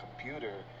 computer